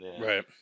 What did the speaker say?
Right